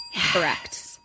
Correct